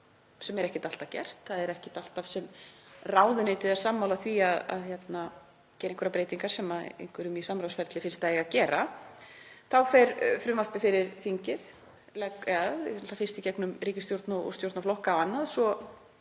sem er ekkert alltaf gert, það er ekkert alltaf sem ráðuneytið er sammála því að einhverjar breytingar sem einhverjum í samráðsferli finnst að eigi að gera, þá fer frumvarpið fyrir þingið, eða það fer fyrst í gegnum ríkisstjórn og stjórnarflokka og annað